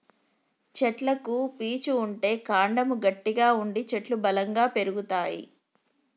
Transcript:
చెట్లకు పీచు ఉంటే కాండము గట్టిగా ఉండి చెట్లు బలంగా పెరుగుతాయి